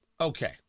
okay